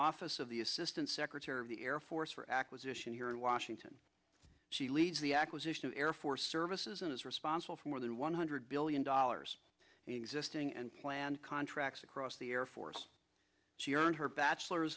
office of the assistant secretary of the air force for acquisition here in washington she leads the acquisition of air force services and is responsible for more than one hundred billion dollars existing and planned contracts across the air force she earned her bachelor